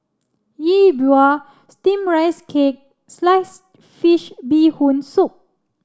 Yi Bua steamed rice cake sliced fish bee hoon soup